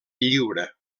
lliure